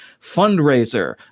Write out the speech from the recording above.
Fundraiser